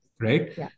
right